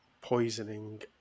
poisoning